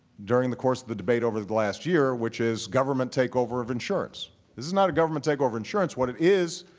during the course of the debate over the last year, which is government takeover of insurance. this is not a government takeover of insurance. what it is,